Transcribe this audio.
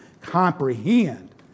comprehend